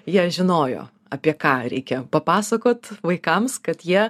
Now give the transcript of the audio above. jie žinojo apie ką reikia papasakot vaikams kad jie